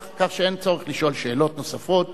כך שאין צורך לשאול שאלות נוספות.